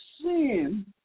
sin